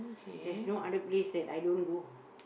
there's no other place that I don't go